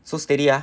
so steady ah